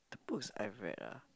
the books I've read ah